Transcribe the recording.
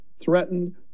threatened